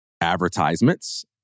Advertisements